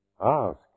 ask